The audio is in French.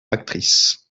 actrice